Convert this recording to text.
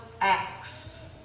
acts